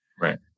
Right